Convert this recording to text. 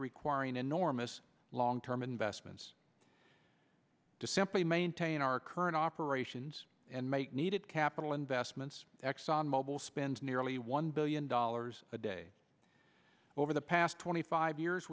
requiring enormous long term investments to simply maintain our current operations and make needed capital investments exxon mobil spends nearly one billion dollars a day over the past twenty five years